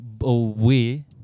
away